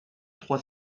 trois